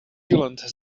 silicon